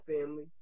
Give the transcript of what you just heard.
family